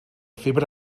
febre